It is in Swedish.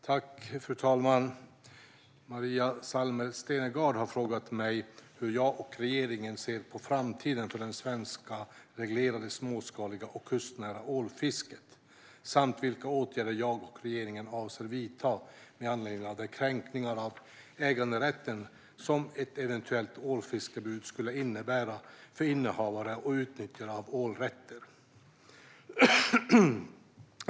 Fru talman! Maria Malmer Stenergard har frågat mig hur jag och regeringen ser på framtiden för det svenska reglerade, småskaliga och kustnära ålfisket samt vilka åtgärder jag och regeringen avser att vidta med anledning av den kränkning av äganderätten som ett eventuellt ålfiskeförbud skulle innebära för innehavare och utnyttjare av åldrätter.